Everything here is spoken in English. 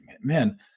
man